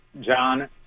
John